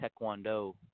Taekwondo